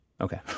Okay